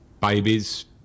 babies